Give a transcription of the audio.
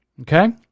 okay